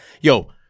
yo